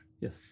Yes